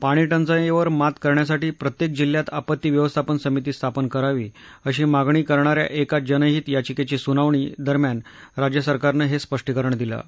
पाणी टंचाईवर मात करण्यासाठी प्रत्येक जिल्ह्यात आपत्ती व्यवस्थापन समिती स्थापन करावी अशी मागणी करणाऱ्या एक जनहित याचिकेची सुनावणी दरम्यान राज्यसरकारनं हे स्पष्टीकरण दिलं आहे